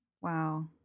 Wow